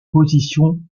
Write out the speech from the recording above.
positions